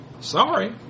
Sorry